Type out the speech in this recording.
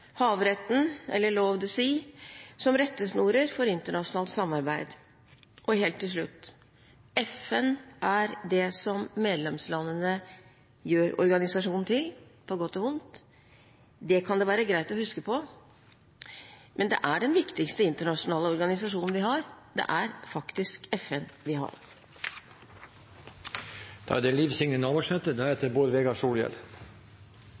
havretten, eller Law of the Sea, som rettesnorer for internasjonalt samarbeid. Helt til slutt: FN er det medlemslandene gjør organisasjonen til – på godt og vondt. Det kan det være greit å huske på. Men den viktigste internasjonale organisasjonen vi har, det er faktisk FN. Heilt sidan FN-pakta vart underteikna i 1945, har